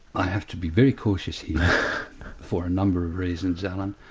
i have to be very cautious here for a number of reasons, alan.